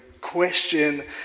question